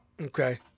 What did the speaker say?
Okay